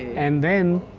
and then,